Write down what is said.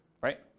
right